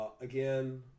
Again